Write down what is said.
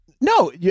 No